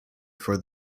for